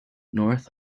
north